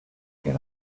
get